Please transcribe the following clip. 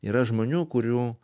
yra žmonių kurių